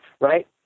right